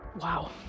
Wow